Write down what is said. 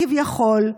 כביכול.